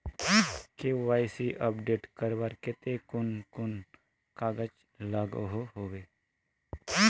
KYC update करवार केते कुन कुन कागज लागोहो होबे?